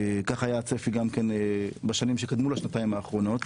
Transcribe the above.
כך היה הצפי גם בשנים שקדמו לשנתיים האחרונות,